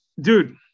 dude